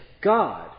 God